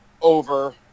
over